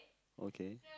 okay